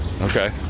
Okay